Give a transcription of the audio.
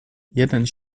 jeden